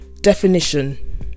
Definition